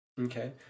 Okay